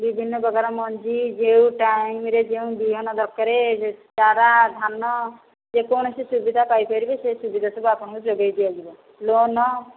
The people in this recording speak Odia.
ବିଭିନ୍ନ ପ୍ରକାର ମଞ୍ଜି ଯେଉଁ ଟାଇମରେ ଯେଉଁ ବିହନ ଦରକାର ଚାରା ଧାନ ଯେକୌଣସି ସୁବିଧା ପାଇପାରିବେ ସେ ସୁବିଧା ସବୁ ଆପଣଙ୍କୁ ଯୋଗେଇ ଦିଆଯିବ ଲୋନ୍